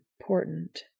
important